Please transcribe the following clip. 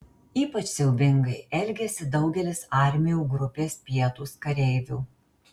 ypač siaubingai elgėsi daugelis armijų grupės pietūs kareivių